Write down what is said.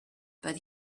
but